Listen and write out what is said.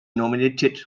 nominated